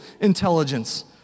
intelligence